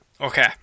Okay